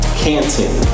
canton